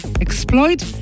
Exploit